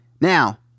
Now